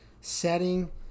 setting